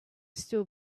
still